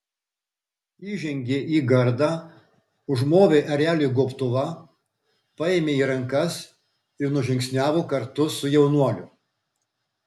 įžengė į gardą užmovė ereliui gobtuvą paėmė į rankas ir nužingsniavo kartu su jaunuoliu